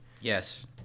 Yes